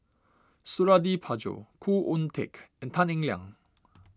Suradi Parjo Khoo Oon Teik and Tan Eng Liang